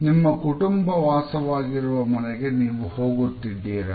ನಿಮ್ಮ ಕುಟುಂಬ ವಾಸವಾಗಿರುವ ಮನೆಗೆ ನೀವು ಹೋಗುತ್ತಿದ್ದೀರಾ